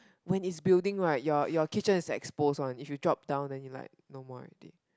when is building right your your kitchen is like exposed one if you drop down then you are like no more already